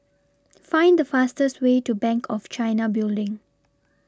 Find The fastest Way to Bank of China Building